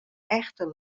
echte